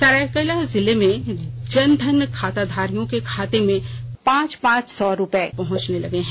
सरायकेला जिले में जन धन खाताधारियों के खाते में पांच पांच सौ रूपये पहंचने लगे है